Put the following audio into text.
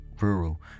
rural